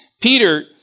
Peter